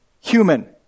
human